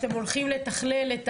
אתם הולכים לתכלל את